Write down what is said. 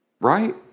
Right